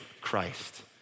Christ